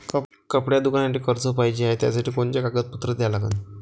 कपड्याच्या दुकानासाठी कर्ज पाहिजे हाय, त्यासाठी कोनचे कागदपत्र द्या लागन?